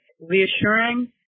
reassuring